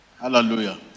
hallelujah